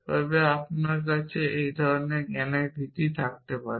তবে আপনার কাছে এই ধরণের জ্ঞানের ভিত্তি থাকতে পারে